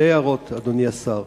שתי הערות, אדוני השר.